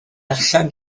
allan